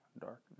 darkness